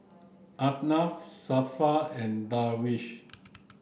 Anuar Zafran and Darwish